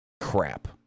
Crap